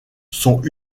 sont